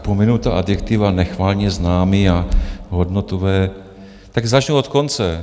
Pominu ta adjektiva, nechvalně známá a hodnotová, tak začnu od konce.